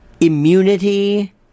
immunity